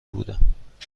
بودم